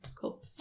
cool